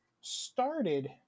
started